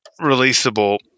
releasable